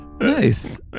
nice